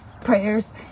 prayers